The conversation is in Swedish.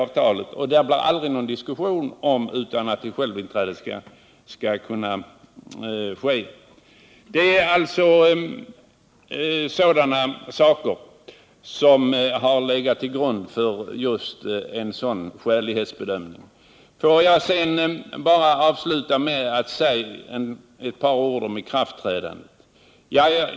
Då behöver det aldrig bli någon diskussion om att man själv får inträda. Det är alltså sådana saker som legat till grund för tanken på en skälighetsprövning. Får jag avsluta med att säga ett par ord om ikraftträdandet.